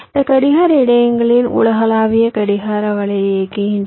இந்த கடிகார இடையகங்கள் உலகளாவிய கடிகார வலையை இயக்குகின்றன